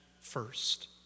first